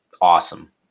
awesome